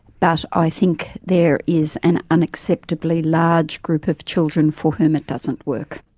but i think there is an unacceptably large group of children for whom it doesn't work.